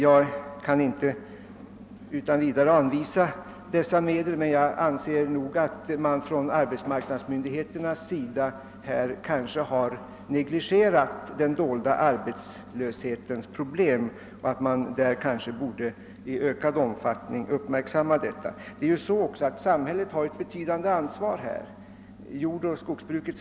Jag kan inte utan vidare anvisa sådana medel, men jag anser att arbetsmarknadsmyndigheterna hittills i viss mån har negligerat den dolda arbetslöshetens problem och att man nu i ökad omfattning borde uppmärksamma detta. Samhället har ett betydande ansvar i detta avseende.